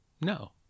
No